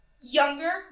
Younger